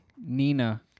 Nina